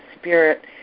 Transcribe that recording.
Spirit